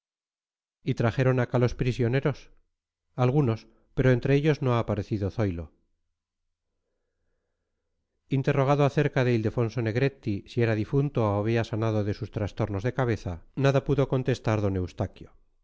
y trajeron acá los prisioneros algunos pero entre ellos no ha parecido zoilo interrogado acerca de ildefonso negretti si era difunto o había sanado de sus trastornos de cabeza nada pudo contestar d eustaquio